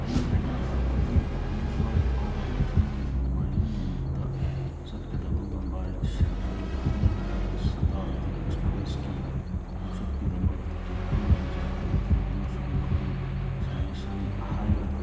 ꯑꯩ ꯍꯥꯏꯗ꯭ꯔꯥꯕꯥꯗꯇꯒꯤ ꯑꯥꯍꯃꯗꯕꯥꯗ ꯐꯥꯎꯕ ꯃꯊꯪꯒꯤ ꯅꯣꯡꯃꯥꯏꯖꯤꯡ ꯅꯨꯃꯤꯠꯇ ꯆꯠꯀꯗꯕ ꯃꯨꯝꯕꯥꯏ ꯁꯦꯟꯇ꯭ꯔꯦꯜ ꯑꯍꯃꯗꯕꯥꯗ ꯁꯥꯇꯥꯕꯗꯤ ꯑꯦꯛꯁꯄ꯭ꯔꯦꯁꯀꯤ ꯈꯣꯡꯆꯠꯀꯤꯗꯃꯛ ꯇꯤꯀꯦꯠ ꯑꯃ ꯔꯤꯖꯥꯕ ꯇꯧꯈꯤ ꯑꯃꯁꯨꯡ ꯃꯗꯨ ꯁꯖꯦꯁꯟ ꯍꯥꯏꯅ